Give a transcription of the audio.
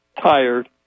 tired